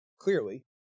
clearly